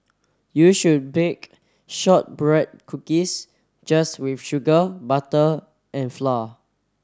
you should bake shortbread cookies just with sugar butter and flour